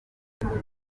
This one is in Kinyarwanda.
yitabye